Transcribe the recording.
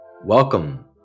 Welcome